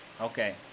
Okay